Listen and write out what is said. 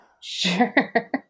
sure